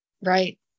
Right